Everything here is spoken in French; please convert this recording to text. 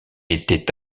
était